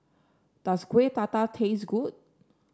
does Kuih Dadar taste good